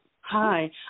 Hi